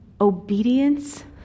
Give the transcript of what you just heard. obedience